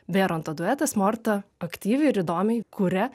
bėronto duetas morta aktyviai ir įdomiai kuria